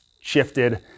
shifted